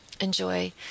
Enjoy